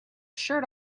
shirt